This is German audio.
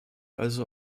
also